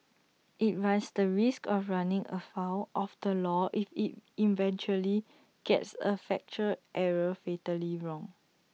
IT runs the risk of running afoul of the law if IT eventually gets A factual error fatally wrong